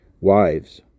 Wives